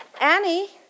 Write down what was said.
Annie